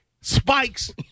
spikes